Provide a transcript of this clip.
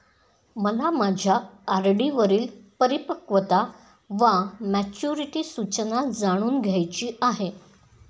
मला माझ्या आर.डी वरील परिपक्वता वा मॅच्युरिटी सूचना जाणून घ्यायची आहे